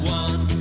one